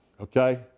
okay